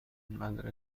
مدرسه